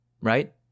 Right